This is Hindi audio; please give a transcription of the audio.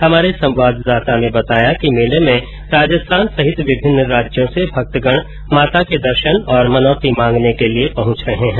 हमारे संवाददाता ने बताया कि मेले में राजस्थान सहित विभिन्न राज्यों से भक्तगण माता के दर्शन और मनौती मांगने के लिये पहुंच रहे है